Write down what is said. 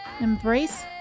embrace